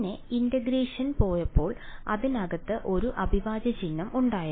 പിന്നെ ഇന്റഗ്രേഷനിൽ പോയപ്പോൾ അതിനകത്ത് ഒരു അവിഭാജ്യ ചിഹ്നം ഉണ്ടായിരുന്നു